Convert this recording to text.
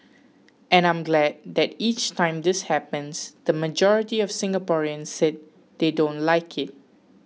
and I'm glad that each time this happens the majority of Singaporeans say they don't like it